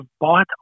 bought